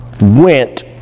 went